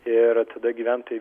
ir tada gyventojai